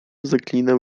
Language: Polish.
zaklinał